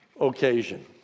occasion